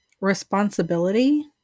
responsibility